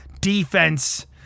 defense